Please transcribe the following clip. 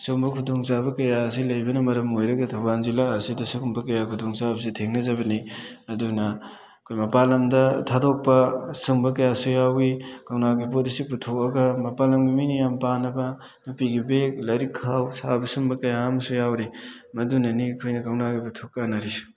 ꯁꯨꯝꯕ ꯈꯨꯗꯣꯡ ꯆꯥꯕ ꯀꯌꯥ ꯑꯁꯤ ꯂꯩꯕꯅ ꯃꯔꯝ ꯑꯣꯏꯔꯒ ꯊꯧꯕꯥꯜ ꯖꯤꯂꯥ ꯑꯁꯤꯗ ꯁꯨꯒꯨꯝꯕ ꯀꯌꯥ ꯈꯨꯗꯣꯡ ꯆꯥꯕꯁꯤ ꯊꯦꯡꯅꯖꯕꯅꯤ ꯑꯗꯨꯅ ꯑꯩꯈꯣꯏ ꯃꯄꯥꯟ ꯂꯝꯗ ꯊꯥꯗꯣꯛꯄ ꯁꯨꯝꯕ ꯀꯌꯥꯁꯨ ꯌꯥꯎꯋꯤ ꯀꯧꯅꯥꯒꯤ ꯄꯣꯠ ꯑꯁꯤ ꯄꯨꯊꯣꯛꯑꯒ ꯃꯄꯥꯟ ꯂꯝꯒꯤ ꯃꯤꯅ ꯌꯥꯝ ꯄꯥꯝꯅꯕ ꯅꯨꯄꯤꯒꯤ ꯕꯦꯛ ꯂꯥꯏꯔꯤꯛꯈꯥꯎ ꯁꯥꯕ ꯁꯨꯝꯕ ꯀꯌꯥꯑꯃꯁꯨ ꯌꯥꯎꯔꯤ ꯃꯗꯨꯅꯅꯤ ꯑꯩꯈꯣꯏꯅ ꯀꯧꯅꯥꯒꯤ ꯄꯣꯊꯣꯛ ꯀꯥꯟꯅꯔꯤꯁꯦ